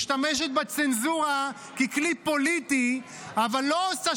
משתמשת בצנזורה ככלי פוליטי אבל לא עושה